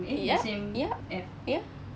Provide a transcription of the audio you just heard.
yup yup ya